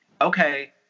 okay